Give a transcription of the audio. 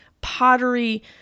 pottery